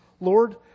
Lord